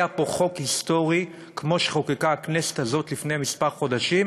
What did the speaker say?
פה חוק היסטורי כמו שחוקקה הכנסת הזאת לפני כמה חודשים,